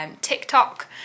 TikTok